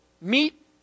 meet